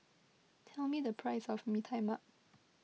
tell me the price of Mee Tai Mak